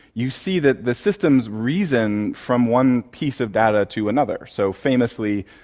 you see that the systems reason from one piece of data to another. so, famously,